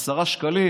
10 שקלים,